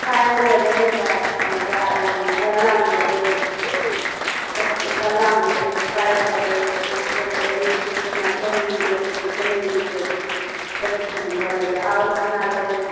पायल लेबै आओर गलामे लेबै एक गलामे लेबै पायल लेबै नाकमे लेबै रेट उट हमरा सही मिलि गेलै तऽ सही रेट लगेबै तऽ हम लऽ लेबै आओर गहना लेबै